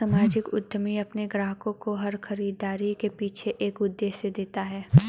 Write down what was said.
सामाजिक उद्यमी अपने ग्राहकों को हर खरीदारी के पीछे एक उद्देश्य देते हैं